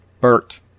Bert